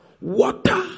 water